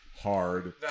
hard